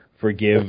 forgive